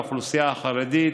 האוכלוסייה החרדית,